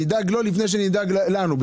נדאג לו לפני שנדאג לנו,